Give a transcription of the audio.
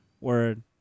word